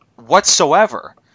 whatsoever